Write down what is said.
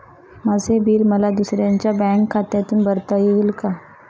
माझे बिल मला दुसऱ्यांच्या बँक खात्यातून भरता येईल का?